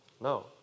No